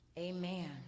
amen